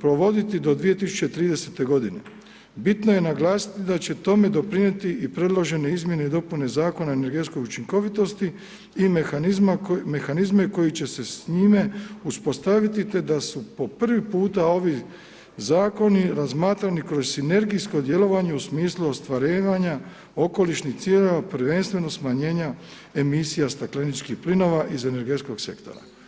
provoditi do 2030. g. Bitno je naglasiti da će tome doprinijeti i predložene izmjene i dopune Zakona o energetskoj učinkovitosti i mehanizmi koji će se s njime uspostaviti te da su po prvi puta ovi zakoni razmatrani kroz sinergijsko djelovanje u smislu ostvarivanja okolišnih ciljeva prvenstveno smanjenja emisija stakleničkih plinova iz energetskog sektora.